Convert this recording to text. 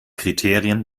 kriterien